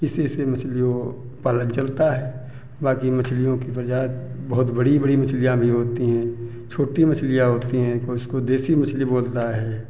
इसीसे मछलियों पालन चलता है बाकी मछलियों की प्रजाति बहुत बड़ी बड़ी मछलियाँ भी होती हैं छोटी मछलियाँ होती हैं कोई उसको देशी मछली बोलता है